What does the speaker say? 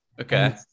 Okay